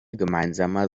gemeinsamer